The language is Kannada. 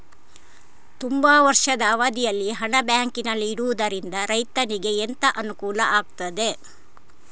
ತುಂಬಾ ವರ್ಷದ ಅವಧಿಯಲ್ಲಿ ಹಣ ಬ್ಯಾಂಕಿನಲ್ಲಿ ಇಡುವುದರಿಂದ ರೈತನಿಗೆ ಎಂತ ಅನುಕೂಲ ಆಗ್ತದೆ?